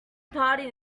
party